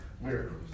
miracles